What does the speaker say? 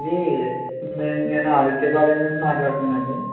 అదీ నేను నే ఆదిత్య కాలేజ్ నుండి మాట్లాడుతున్నానండి